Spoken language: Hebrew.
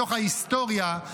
מתוך ההיסטוריה,